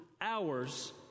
hours